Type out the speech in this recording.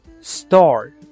store